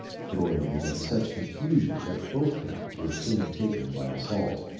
throwing them into such confusion that both towns were soon taken by assault.